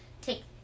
take